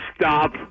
stop